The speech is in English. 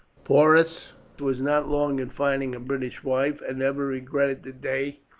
porus was not long in finding a british wife, and never regretted the day